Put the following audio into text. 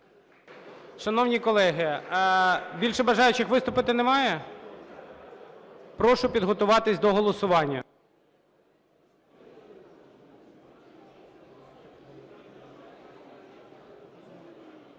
Шановні колеги, більше бажаючих виступити немає? Прошу підготуватись до голосування.